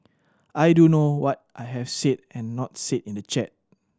I do know what I have said and not said in the chat